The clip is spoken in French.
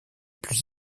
plus